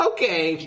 Okay